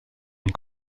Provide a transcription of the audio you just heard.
une